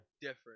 Different